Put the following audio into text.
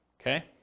Okay